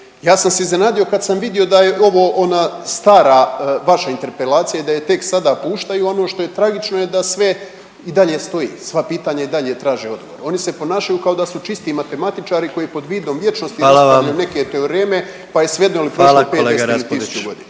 Ja sam se iznenadio kad sam vidio da je ovo ona stara vaša interpelacija i da je tek sada puštaju. Ono što je tragično je da sve i dalje stoji, sva pitanja i dalje traže odgovore. Oni se ponašaju kao da su čisti matematičari koji pod vidom vječnosti dostavljaju …/Upadica: Hvala vam./… neke